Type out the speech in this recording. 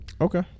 Okay